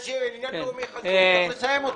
יש עניין לאומי וצריך לסיים אותו.